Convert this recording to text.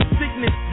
sickness